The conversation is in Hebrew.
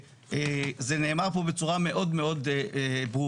זה נאמר פה בצורה מאוד מאוד ברורה.